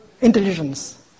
intelligence